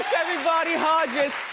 everybody, hodges.